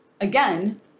again